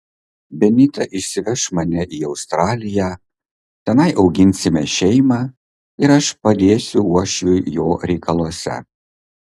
benita išsiveš mane į australiją tenai auginsime šeimą ir aš padėsiu uošviui jo reikaluose